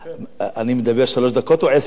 אני מדבר שלוש דקות או עשר דקות?